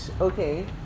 okay